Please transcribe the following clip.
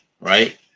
right